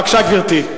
בבקשה, גברתי.